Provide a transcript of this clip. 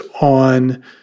on